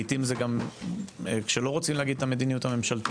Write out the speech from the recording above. לעיתים זה גם כשלא רוצים להגיד את המדיניות הממשלתית.